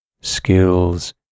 skills